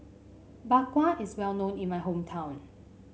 Bak Kwa is well known in my hometown